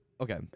okay